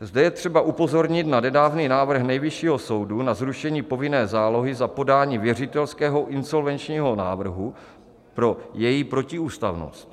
Zde je třeba upozornit na nedávný návrh Nejvyššího soudu na zrušení povinné zálohy za podání věřitelského insolvenčního návrhu pro její protiústavnost.